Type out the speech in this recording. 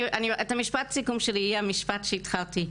משפט הסיכום שלי יהיה המשפט שהתחלתי,